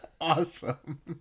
Awesome